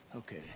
Okay